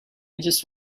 just